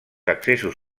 accessos